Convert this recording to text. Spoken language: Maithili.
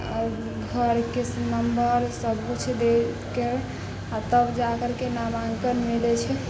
घरके नम्बर सबकिछु दऽ कऽ तब जा करिके नामाङ्कन मिलै छै